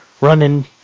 running